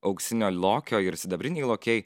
auksinio lokio ir sidabriniai lokiai